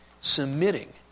submitting